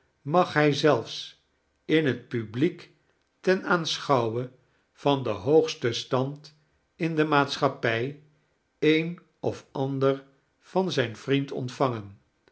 mag hij zelfs in het publiek ten aanschouwe van den hoogsten stand in de maatschappij een of ander van een vriend ontvangen